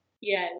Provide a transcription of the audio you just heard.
Yes